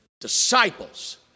Disciples